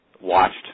watched